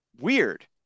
weird